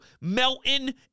Melton